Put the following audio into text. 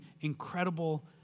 incredible